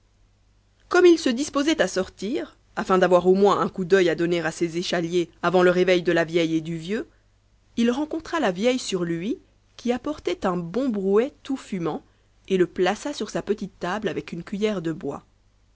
comme il se disposait a sortir afin d'avoir au moins un coup d'œil à donner ses échaliers avant le réveil de la vieille et du vieux îl rencontra la vieille sur l'huis qui apportait un bon brouet tout fumant et le plaça sur sa petite table avec une cuiller de bois